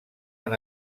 han